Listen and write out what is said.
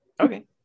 Okay